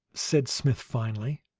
said smith finally,